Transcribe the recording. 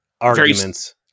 arguments